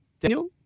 Daniel